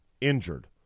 injured